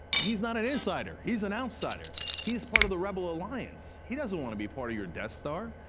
he's not an insider, he's an outsider. he's part of the rebel alliance. he doesn't want to be part of your death star,